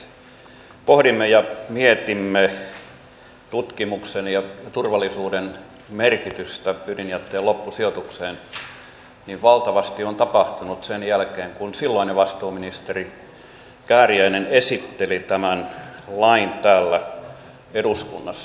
kun me tässä nyt pohdimme ja mietimme tutkimuksen ja turvallisuuden merkitystä ydinjätteen loppusijoituksessa niin valtavasti on tapahtunut sen jälkeen kun silloinen vastuuministeri kääriäinen esitteli tämän lain täällä eduskunnassa